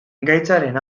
gaitzaren